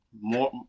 more